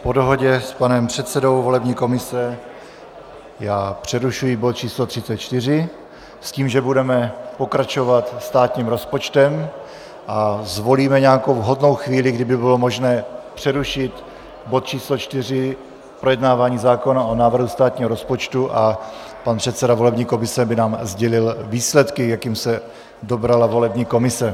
Po dohodě s panem předsedou volební komise přerušuji bod číslo 34 s tím, že budeme pokračovat státním rozpočtem a zvolíme nějakou vhodnou chvíli, kdy by bylo možné přerušit bod číslo 4, projednávání návrhu zákona o státním rozpočtu, a pan předseda volební komise by nám sdělil výsledky, k jakým se dobrala volební komise.